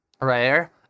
rare